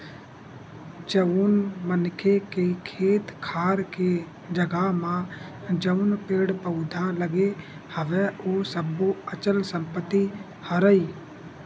जउन मनखे के खेत खार के जघा म जउन पेड़ पउधा लगे हवय ओ सब्बो अचल संपत्ति हरय